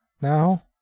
now